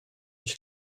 ich